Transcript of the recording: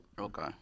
Okay